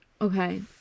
Okay